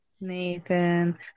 Nathan